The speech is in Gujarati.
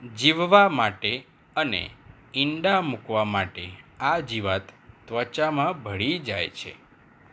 જીવવા માટે અને ઇંડા મૂકવા માટે આ જીવાત ત્વચામાં ભળી જાય છે